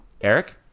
Eric